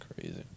crazy